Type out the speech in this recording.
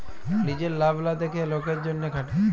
লিজের লাভ লা দ্যাখে লকের জ্যনহে খাটে